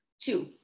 Two